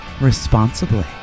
responsibly